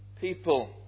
people